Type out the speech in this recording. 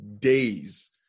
Days